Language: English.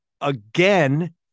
Again